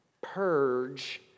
purge